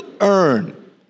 earn